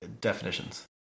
definitions